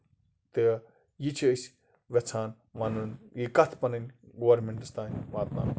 تہٕ یہِ چھِ أسۍ یَژھان وَنُن یہِ کَتھ پَنٕنۍ گورمینٹَس تام واتناوٕنۍ